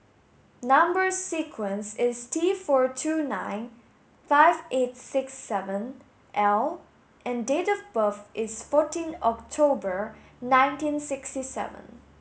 number sequence is T four two nine five eight six seven L and date of birth is fourteen October nineteen sixty seven